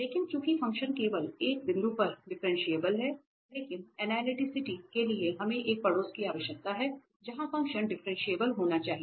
लेकिन चूंकि फंक्शन केवल एक बिंदु पर डिफरेंशिएबल है लेकिन एनालिटिसिटी के लिए हमें एक पड़ोस की आवश्यकता है जहां फंक्शन डिफरेंशिएबल होना चाहिए